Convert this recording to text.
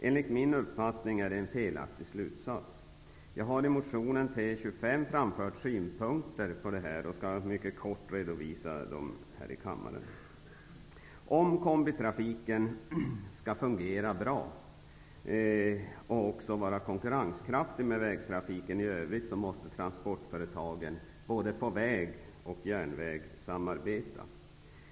Enligt min uppfattning är detta en felaktig slutsats. Jag har i min motion T25 framfört mina synpunkter, vilka jag nu mycket kort skall redovisa här i kammaren. Om kombitrafiken skall fungera bra och också kunna konkurrera med vägtrafiken i övrigt, måste transportföretagen både på väg och järnväg samarbeta.